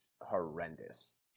horrendous